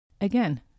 Again